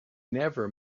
never